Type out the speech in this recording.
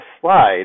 slide